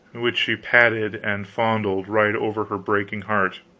which she patted and fondled right over her breaking heart.